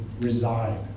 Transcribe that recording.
reside